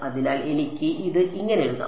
അതിനാൽ എനിക്ക് ഇത് ഇങ്ങനെ എഴുതാം